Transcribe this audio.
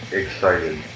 excited